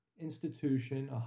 institution